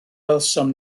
welsom